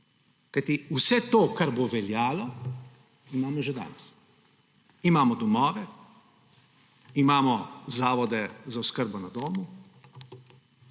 vse to, kar bo veljalo, imamo že danes. Imamo domove, imamo zavode za oskrbo na domu,